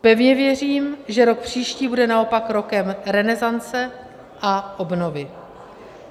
Pevně věřím, že rok příští bude naopak rokem renesance a obnovy